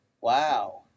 Wow